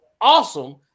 awesome